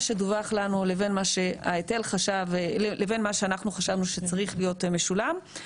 שדווח לנו לבין מה שאנחנו חשבנו שצריך להיות משולם.